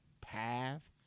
path